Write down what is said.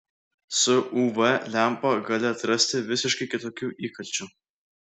su uv lempa gali atrasti visiškai kitokių įkalčių